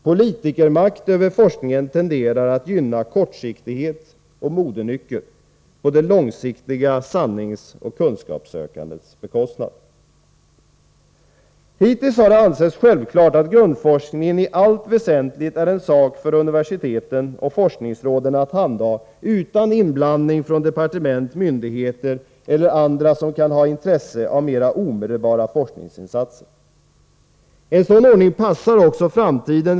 Politikermakt över forskningen tenderar att gynna kortsiktighet och modenycker på det långsiktiga sanningsoch kunskapssökandets bekostnad. Hittills har det ansetts självklart att grundforskningen i allt väsentligt är en sak för universiteten och forskningsområdena att handha — utan inblandning från departement, myndigheter eller andra som kan ha intresse av mera omedelbara forskningsinsatser. En sådan ordning passar också bäst i framtiden.